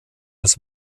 als